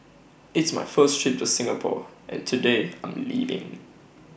it's my first trip to Singapore and today I'm leaving